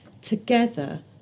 together